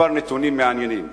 כמה נתונים מעניינים.